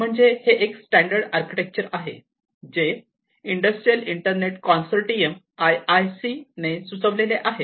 म्हणजे हे एक स्टॅंडर्ड आर्किटेक्चर आहे जे इंडस्ट्रियल इंटरनेट कॉन्सोर्टियम IIC ने सुचविलेले आहे